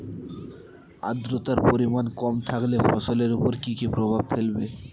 আদ্রর্তার পরিমান কম থাকলে ফসলের উপর কি কি প্রভাব ফেলবে?